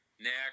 Next